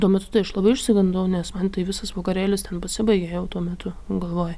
tuo metu tai aš labai išsigandau nes man tai visas vakarėlis ten pasibaigė jau tuo metu galvoj